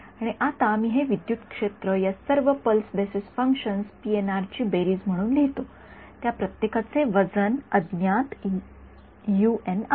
आणि आता मी हे विद्युत क्षेत्र या सर्व पल्स बेसिस फंक्शनस पीएनआर ची बेरीज म्हणून लिहितो त्या प्रत्येकाचे वजन अज्ञात आहे